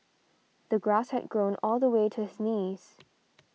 the grass had grown all the way to his knees